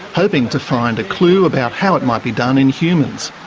hoping to find a clue about how it might be done in humans.